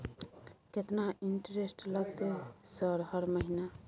केतना इंटेरेस्ट लगतै सर हर महीना?